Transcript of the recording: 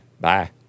bye